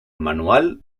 manual